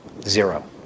Zero